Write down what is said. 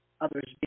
others